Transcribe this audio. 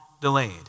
delayed